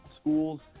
schools